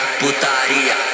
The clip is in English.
putaria